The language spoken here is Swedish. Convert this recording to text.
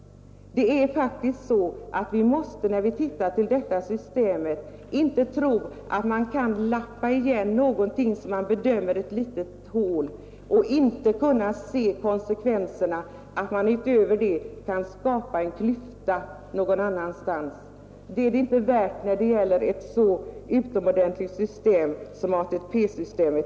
När vi bedömer ATP-systemet får vi inte tro att man kan lappa igen någonting som man bedömer vara ett litet hål utan att man som en konsekvens skapar en klyfta någon annanstans. Det är det inte värt när det gäller ett så utomordentligt system som ATP-systemet.